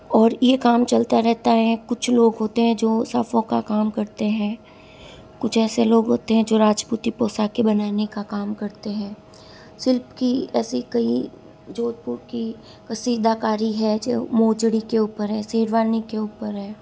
और ये काम चलता रहता है कुछ लोग होते हैं जो साफों का काम करते हैं कुछ ऐसे लोग होते हैं जो राजपूती पोशोके बनाने का काम करते हैं सिल्प की ऐसी कोई जोधपुर की कसीदाकारी है जो मोजड़ी के ऊपर है सेरवानी के ऊपर है